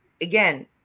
again